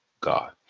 God